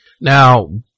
Now